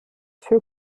für